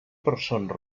persona